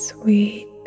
Sweet